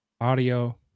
audio